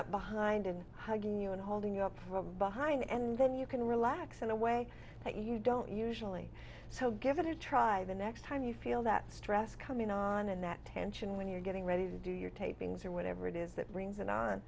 up behind and hugging you and holding you up from behind and then you can relax in a way that you don't usually so give it a try the next time you feel that stress coming on and that tension when you're getting ready to do your tapings or whatever it is that rings and on